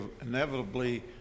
inevitably